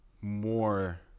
more